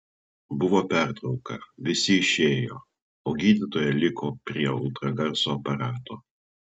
buvo pertrauka visi išėjo o gydytoja liko prie ultragarso aparato